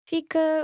Fica